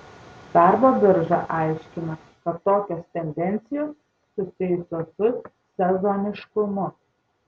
darbo birža aiškina kad tokios tendencijos susijusios su sezoniškumu